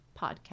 podcast